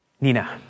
Nina